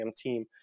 team